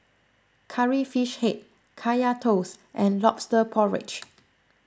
Curry Fish Head Kaya Toast and Lobster Porridge